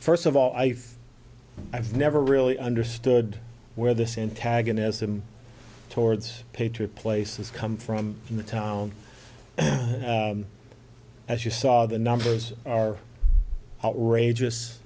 first of all i have never really understood where this antagonism towards patriot places come from in the town as you saw the numbers are outrageous